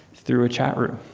through a chat room.